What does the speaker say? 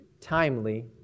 timely